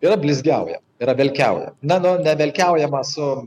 yra blizgiauja yra velkiauja na nu nevelkiaujama su